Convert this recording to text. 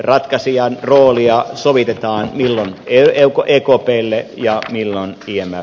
ratkaisijan roolia sovitetaan milloin ekplle milloin imflle